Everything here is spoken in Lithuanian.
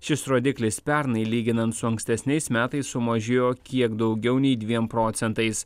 šis rodiklis pernai lyginant su ankstesniais metais sumažėjo kiek daugiau nei dviem procentais